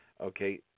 Okay